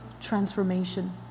transformation